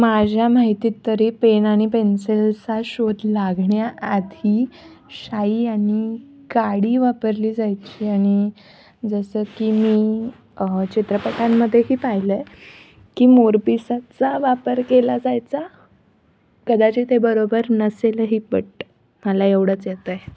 माझ्या माहितीत तरी पेन आणि पेन्सिलचा शोध लागण्याआधी शाई आणि काडी वापरली जायची आणि जसं की मी चित्रपटांमध्येही पाहिलं आहे की मोरपिसाचा वापर केला जायचा कदाचित हे बरोबर नसेलही बट मला एवढंच येतं आहे